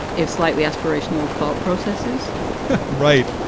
if slightly. so rational thought processes right.